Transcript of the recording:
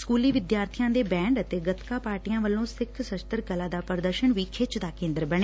ਸਕੂਲੀ ਵਿਦਿਆਰਥੀਆਂ ਦੇ ਬੈੱਡ ਅਤੇ ਗਤਕਾ ਪਾਰਟੀਆਂ ਵੱਲੋ ਸਿੱਖ ਸਸਤਰ ਕਲਾ ਦਾ ਪੁਦਰਸ਼ਨ ਵੀ ਖਿੱਚ ਦਾ ਕੇਂਦਰ ਬਣੇ